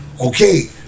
Okay